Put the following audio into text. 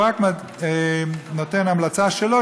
הוא רק נותן את ההמלצה שלו,